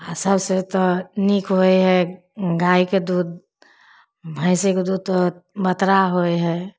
आओर सबसे तऽ नीक होइ हइ गाइके दूध भैँसीके दूध तऽ बतरा होइ हइ